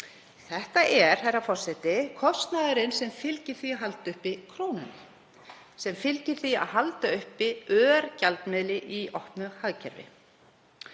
Þetta er, herra forseti, kostnaðurinn sem fylgir því að halda uppi krónunni, sem fylgir því að halda uppi örgjaldmiðli í opnu hagkerfi.